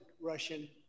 Russian